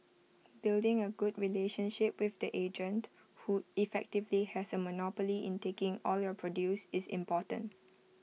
building A good relationship with the agent who effectively has A monopoly in taking all your produce is important